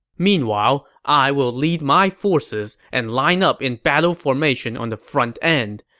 meanwhile, i will lead my forces and line up in battle formation on the front end.